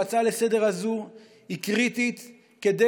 ההצעה לסדר-היום הזאת היא קריטית כדי